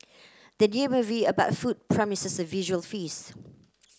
the new movie about food promises a visual feast